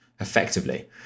effectively